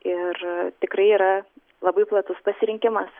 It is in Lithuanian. ir tikrai yra labai platus pasirinkimas